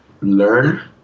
Learn